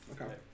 Okay